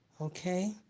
Okay